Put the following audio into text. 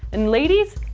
and ladies,